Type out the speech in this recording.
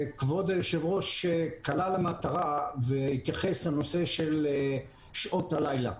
כבוד היושב-ראש קלע למטרה והתייחס לנושא של שעות הלילה.